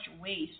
waste